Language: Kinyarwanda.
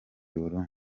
burundi